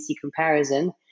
comparison